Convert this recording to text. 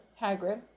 Hagrid